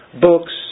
books